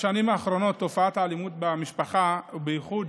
בשנים האחרונות תופעת האלימות במשפחה, ובייחוד